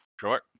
Sure